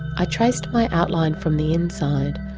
i traced my outline from the inside.